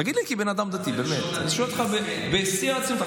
תגיד לי כבן אדם דתי, באמת.